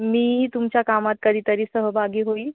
मीही तुमच्या कामात कधीतरी सहभागी होईल